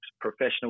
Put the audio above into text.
professional